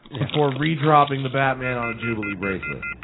before re-dropping the batman on a jubilee bracelet.